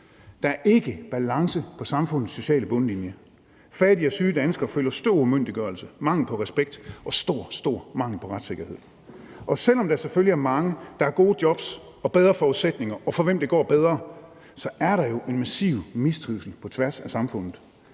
Der er ikke balance på samfundets sociale bundlinje. Fattige og syge danskere føler stor umyndiggørelse, mangel på respekt og stor, stor mangel på retssikkerhed. Og selv om der selvfølgelig er mange, der har gode jobs og bedre forudsætninger, og for hvem det går bedre, så er der jo en massiv mistrivsel på tværs af samfundet.